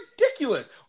ridiculous